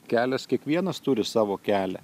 kelias kiekvienas turi savo kelią